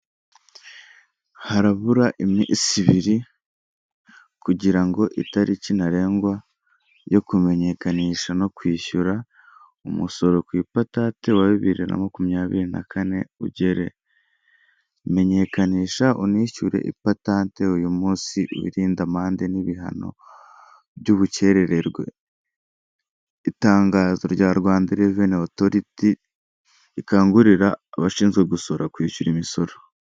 Harabura iminsi ibiri kugira ngo italiki ntarengwa yo kumenyekanisha no kwishyura umusoro ku ipatate wa bibiri na makumyabiri na kane ugere, menyekanisha unishyure epatante uyu munsi wirinde amande n'ibihano by'ubukererwe, itangazo rya Rwanda reveni otoriti rikangurira abashinzwe gusora kwishyura imisoro.